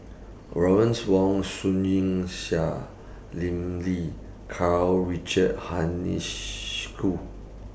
Lawrence Wong Shyun Tsai Lim Lee Karl Richard